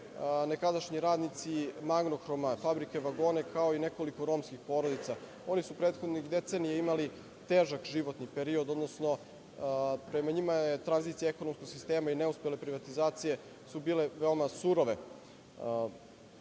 nekadašnji radnici „Magnohroma“, fabrike vagona, kao i nekoliko romskih porodica. Oni su prethodnih decenija imali težak životni period, odnosno prema njima su tranzicija ekonomskog sistema i neuspele privatizacije bile veoma surove.